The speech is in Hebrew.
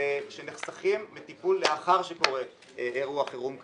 שנחסכים בטיפול לאחר שקורה אירוע חירום כזה.